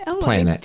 planet